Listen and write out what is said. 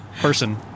person